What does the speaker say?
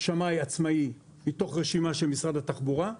שמאי עצמאי מתוך רשימה של משרד התחבורה,